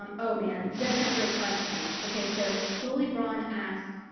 um oh man, you guys have great questions, okay, so jolie braun asked,